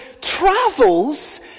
travels